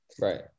right